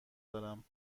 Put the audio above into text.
دارم